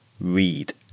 read